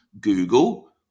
Google